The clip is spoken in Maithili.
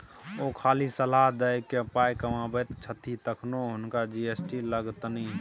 ओ खाली सलाह द कए पाय कमाबैत छथि तखनो हुनका जी.एस.टी लागतनि